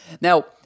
Now